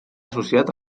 associat